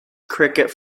cricket